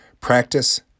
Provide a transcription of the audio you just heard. Practice